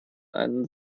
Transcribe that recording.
ein